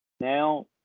now